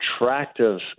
attractive